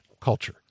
culture